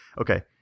okay